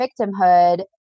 victimhood